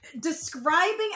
Describing